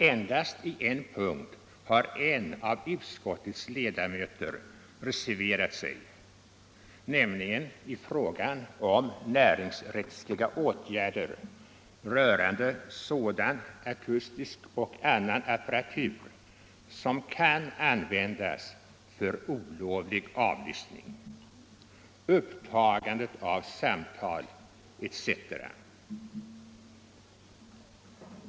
Endast i en punkt har en av utskottets ledamöter reserverat sig, nämligen i fråga om näringsrättsliga åtgärder rörande sådan akustisk och annan apparatur som kan användas för olovlig avlyssning, upptagande av samtal etc.